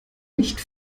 nicht